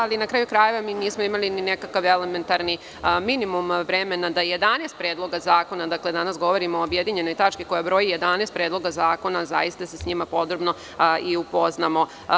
Ali, na kraju krajeva, mi nismo imali ni nekakav elementarni minimum vremena da se sa 11 predloga zakona, dakle, danas govorimo o objedinjenoj tački koja broji 11 predloga zakona, podrobno upoznamo.